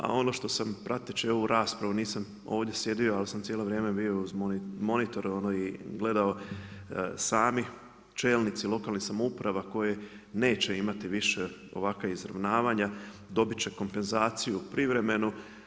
A ono što sam prateći ovu raspravu nisam ovdje sjedio, ali sam cijelo vrijeme bio uz monitor i gledao sami čelnici lokalnih samouprava koje neće imati više ovakva izravnavanja dobi će kompenzaciju privremenu.